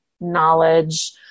knowledge